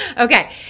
Okay